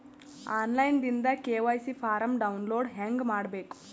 On line ದಿಂದ KYC form download ಹೇಂಗ ಮಾಡಬೇಕು?